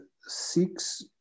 seeks